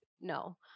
no